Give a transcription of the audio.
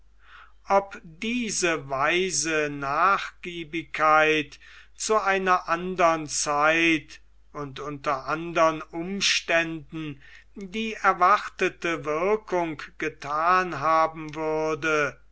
ob diese weise nachgiebigkeit zu einer andern zeit und unter andern umständen die erwartete wirkung gethan haben würde